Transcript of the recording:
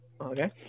Okay